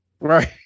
Right